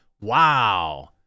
Wow